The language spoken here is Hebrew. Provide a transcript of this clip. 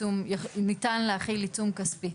ניתן להחיל עיצום כספי.